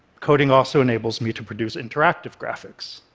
coding also enables me to produce interactive graphics.